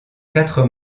quatre